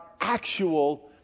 actual